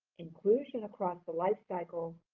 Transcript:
inclusion across the life cycle,